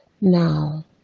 Now